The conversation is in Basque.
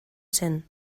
zen